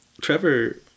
Trevor